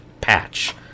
patch